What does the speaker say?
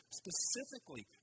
specifically